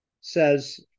says